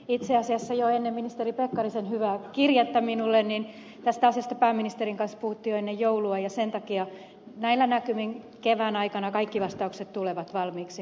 itse asiassa jo ennen ministeri pekkarisen hyvää kirjettä minulle tästä asiasta pääministerin kanssa puhuttiin jo ennen joulua ja sen takia näillä näkymin kevään aikana kaikki vastaukset tulevat valmiiksi